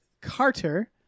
Carter